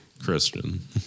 Christian